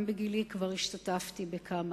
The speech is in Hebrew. גם בגילי כבר השתתפתי בכמה,